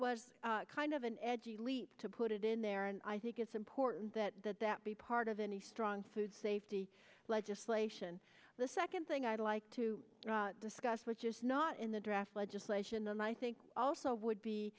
was kind of an edgy leap to put it in there and i think it's important that that that be part of any strong food safety legislation the second thing i'd like to discuss which is not in the draft legislation and i think also would be